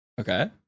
Okay